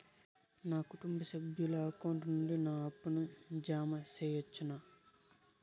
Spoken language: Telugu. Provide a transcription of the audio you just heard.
నా కుటుంబ సభ్యుల అకౌంట్ నుండి నా అప్పును జామ సెయవచ్చునా?